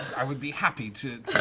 i would be happy to